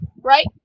Right